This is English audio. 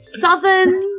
southern